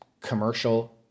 commercial